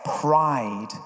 pride